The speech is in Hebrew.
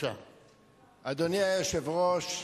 אדוני היושב-ראש,